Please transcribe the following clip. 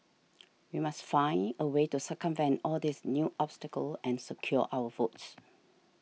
we must find a way to circumvent all these new obstacles and secure our votes